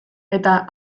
eta